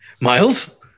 Miles